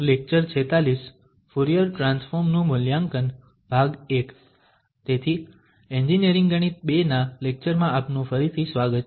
તેથી એન્જીનિયરિંગ ગણિત II ના લેક્ચરમાં આપનું ફરીથી સ્વાગત છે